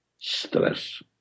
stress